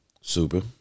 Super